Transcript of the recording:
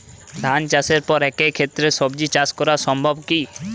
ধান চাষের পর একই ক্ষেতে সবজি চাষ করা সম্ভব কি?